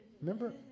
remember